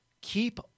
keep